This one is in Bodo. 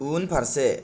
उनफारसे